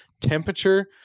temperature